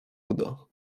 udo